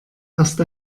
erst